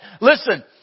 Listen